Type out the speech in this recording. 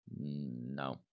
No